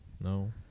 no